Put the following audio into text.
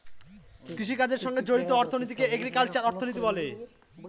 কৃষিকাজের সঙ্গে জড়িত অর্থনীতিকে এগ্রিকালচারাল অর্থনীতি বলে